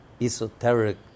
esoteric